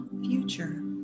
future